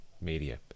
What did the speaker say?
Media